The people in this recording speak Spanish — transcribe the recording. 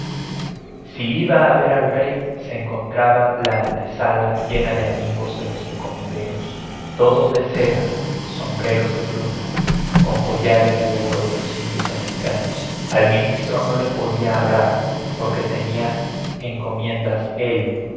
si iba a ver al rey se encontraba la antesala llena de amigos de los encomenderos todos de seda sombreros de plumas con collares de oro de los indios americanos al ministro no le podía hablar porque tenía encomiendas él